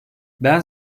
ben